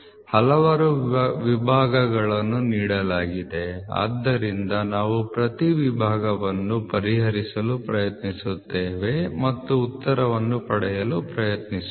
ಹಲವಾರು ವಿಭಾಗಗಳನ್ನು ನೀಡಲಾಗಿದೆ ಆದ್ದರಿಂದ ನಾವು ಪ್ರತಿ ಉಪವಿಭಾಗವನ್ನು ಪರಿಹರಿಸಲು ಪ್ರಯತ್ನಿಸುತ್ತೇವೆ ಮತ್ತು ಉತ್ತರವನ್ನು ಪಡೆಯಲು ಪ್ರಯತ್ನಿಸೋಣ